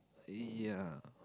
uh ya